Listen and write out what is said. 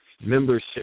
Membership